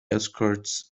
escorts